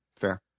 Fair